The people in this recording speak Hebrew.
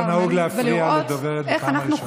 לא נהוג להפריע לדוברת בפעם הראשונה.